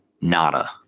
Nada